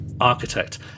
architect